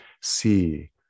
see